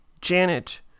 Janet